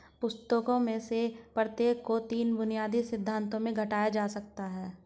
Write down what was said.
पुस्तकों में से प्रत्येक को तीन बुनियादी सिद्धांतों में घटाया जा सकता है